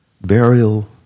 burial